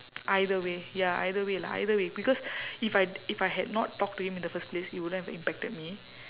either way ya either way lah either way because if I if I had not talked to him in the first place it wouldn't have impacted me